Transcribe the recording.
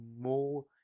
more